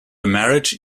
marriage